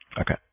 Okay